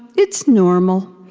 it's normal.